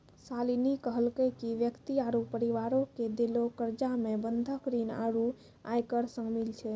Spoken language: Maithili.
शालिनी कहलकै कि व्यक्ति आरु परिवारो के देलो कर्जा मे बंधक ऋण आरु आयकर शामिल छै